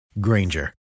Granger